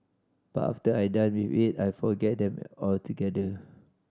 but after I done with it I forget them altogether